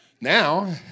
Now